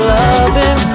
loving